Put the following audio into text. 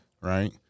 right